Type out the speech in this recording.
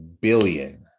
billion